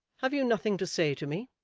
have you nothing to say to me